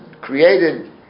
created